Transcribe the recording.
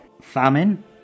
famine